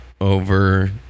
over